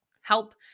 Help